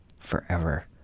forever